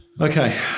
Okay